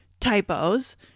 typos